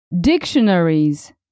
Dictionaries